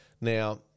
Now